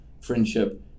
friendship